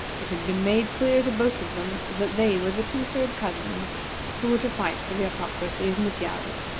it had been made clear to both of them that they were the two third cousins who were to fight for the autocracy of mutjado.